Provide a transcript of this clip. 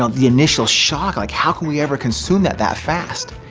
ah the initial shock, like how can we ever consume that that fast?